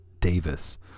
Davis